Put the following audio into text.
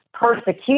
persecution